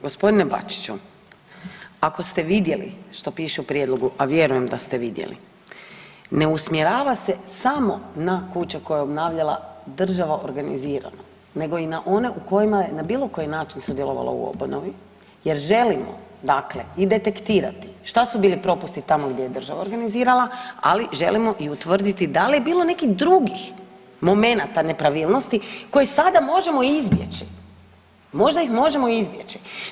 Gospodine Bačiću, ako ste vidjeli što piše u prijedlogu, a vjerujem da ste vidjeli, ne usmjerava se samo na kuće koje je obnavljala država organizirano nego i na one u kojima je na bilo koji način sudjelovala u obnovi jer želimo dakle i detektirati šta su bili propusti tamo gdje je država organizirali, ali želimo i utvrditi da li je bilo nekih drugih momenata nepravilnosti koje sada možemo izbjeći, možda ih možemo izbjeći.